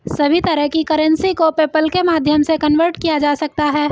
सभी तरह की करेंसी को पेपल्के माध्यम से कन्वर्ट किया जा सकता है